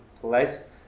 place